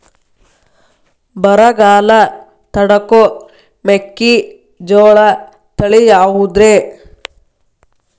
ಬರಗಾಲ ತಡಕೋ ಮೆಕ್ಕಿಜೋಳ ತಳಿಯಾವುದ್ರೇ?